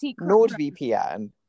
NordVPN